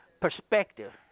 perspective